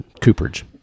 cooperage